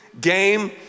game